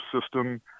system